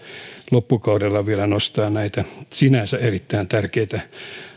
loppukaudella nostaa esille näitä sinänsä erittäin tärkeitä